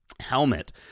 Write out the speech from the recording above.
helmet